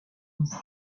was